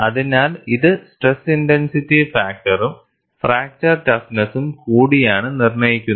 അതിനാൽ ഇത് stress intensity ഫാക്ടറും ഫ്രാക്ചർ ടഫ്നെസ്സും കൂടിയാണ് നിർണ്ണയിക്കുന്നത്